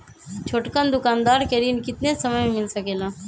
छोटकन दुकानदार के ऋण कितने समय मे मिल सकेला?